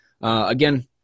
Again